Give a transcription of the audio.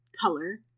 color